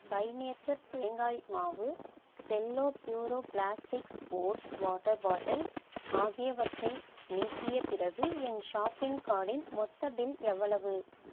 by nature தேங்காய் மாவு Cello Puro plastic sports water bottle ஆகியவற்றை நீக்கிய பிறகு என் ஷாப்பிங் கார்ட்டின் மொத்த பில் எவ்வளவு